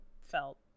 felt